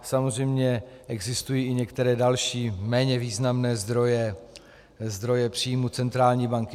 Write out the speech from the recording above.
Samozřejmě existují i některé další, méně významné zdroje příjmu centrální banky.